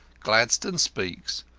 gladstone speaks.